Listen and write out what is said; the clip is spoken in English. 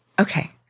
okay